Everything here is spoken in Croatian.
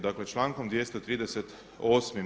Dakle člankom 238.